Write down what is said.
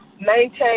maintain